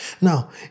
Now